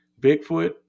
Bigfoot